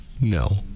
No